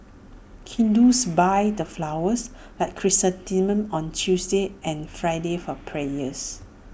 Hindus buy the flowers like chrysanthemums on Tuesdays and Fridays for prayers